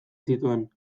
zituen